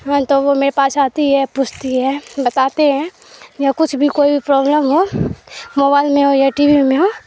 ہاں تو وہ میرے پاس آتی ہے پوچھتی ہے بتاتے ہیں یا کچھ بھی کوئی بھی پرابلم ہو موبائل میں ہو یا ٹی وی میں ہو